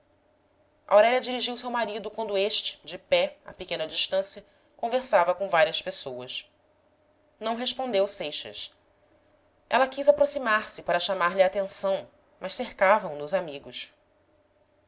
gente aurélia dirigiu-se ao marido quando este de pé a pequena distância conversava com várias pessoas não respondeu seixas ela quis aproximar-se para chamar-lhe a atenção mas cercavam no os amigos